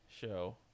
show